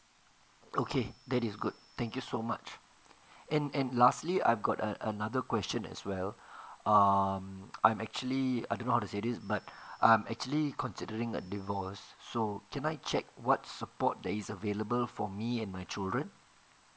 okay that is good thank you so much and and lastly I got a another question as well um I'm actually I don't know how to say this but I'm actually considering a divorce so can I check what support that is available for me and my children